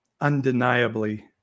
undeniably